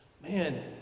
man